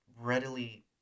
readily